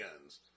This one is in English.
guns